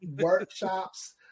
workshops